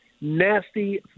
nasty